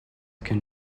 can